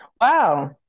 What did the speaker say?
Wow